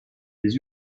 des